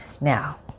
Now